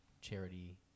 charity